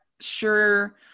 sure